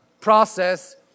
process